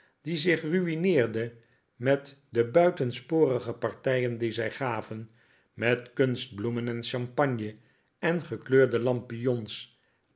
die zich ruineerde met de buitensporige partijen die zij gaven met kunstbloemen en champagne en gekleurde lampions